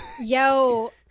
Yo